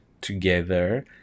together